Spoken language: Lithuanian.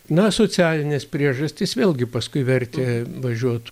na socialinės priežastys vėlgi paskui vertė važiuot